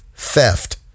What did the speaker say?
Theft